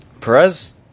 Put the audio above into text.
Perez